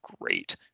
great